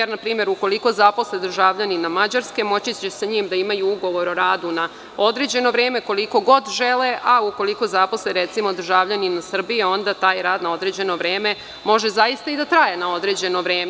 Na primer, ukoliko zaposle državljanina Mađarske moći će sa njim da imaju ugovor o radu na određeno vreme koliko god žele, a ukoliko zaposle recimo, državljanina Srbije onda taj rad na određeno vreme može zaista i da traje na određeno vreme.